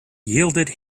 yielded